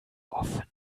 offenen